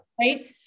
Right